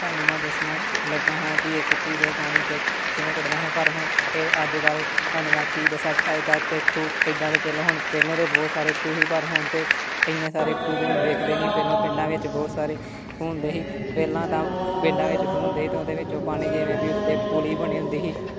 ਤੁਹਾਨੂੰ ਮੈਂ ਦੱਸਣਾ ਲੱਗਾ ਹਾਂ ਵੀ ਇੱਕ ਖੂਹ ਤੋਂ ਪਾਣੀ ਕਿ ਕਿਵੇਂ ਕੱਢਣਾ ਹੈ ਪਰ ਹੁਣ ਤਾਂ ਅੱਜ ਕੱਲ੍ਹ ਤੁਹਾਨੂੰ ਮੈਂ ਕੀ ਦੱਸਾਂ ਖੂਹ ਇੱਦਾਂ ਦੇ ਪਹਿਲੋਂ ਹੁਣ ਪਹਿਲੋਂ ਦੇ ਬਹੁਤ ਸਾਰੇ ਖੂਹ ਹੀ ਪਰ ਹੁਣ ਤਾਂ ਇੰਨੇ ਸਾਰੇ ਖੂਹ ਤਾਂ ਹੁਣ ਵੇਖਦੇ ਨਹੀਂ ਪਹਿਲੋਂ ਪਿੰਡਾਂ ਵਿੱਚ ਬਹੁਤ ਸਾਰੇ ਖੂਹ ਹੁੰਦੇ ਸੀ ਪਹਿਲਾਂ ਤਾਂ ਪਿੰਡਾਂ ਵਿੱਚ ਖੂਹ ਹੁੰਦੇ ਹੀ ਅਤੇ ਉਹਦੇ ਵਿੱਚੋਂ ਪਾਣੀ ਜਿਵੇਂ ਵੀ ਉੱਤੇ ਪੁਲ਼ੀ ਬਣੀ ਹੁੰਦੀ ਹੀ